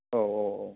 औ औ औ